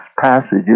passages